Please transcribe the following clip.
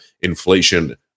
inflation